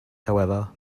however